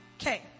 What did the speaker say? Okay